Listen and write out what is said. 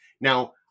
Now